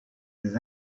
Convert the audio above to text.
des